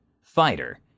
Fighter